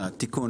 רק תיקון,